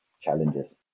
challenges